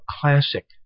classic